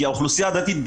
כי האוכלוסייה הדתית,